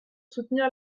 soutenir